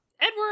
edward